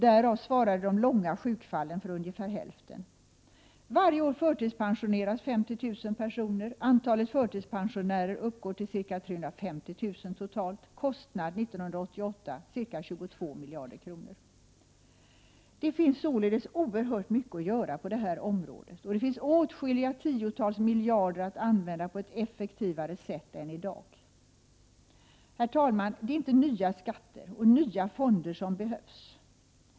Därav svarade sjukfallen med långa sjukskrivningstider för ungefär hälften. Varje år förtidspensioneras 50 000 personer. Antalet förtidspensionärer uppgår till ca 350 000 personer. Kostnaden år 1988 var ca 22 miljarder kronor. Det finns således oerhört mycket att göra på det här området, och det finns åtskilliga tiotals miljarder kronor att använda på ett effektivare sätt än i dag. Herr talman! Det är inte nya skatter och nya fonder som behövs.